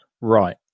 right